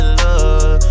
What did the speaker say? love